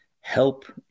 help